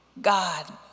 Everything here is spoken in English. God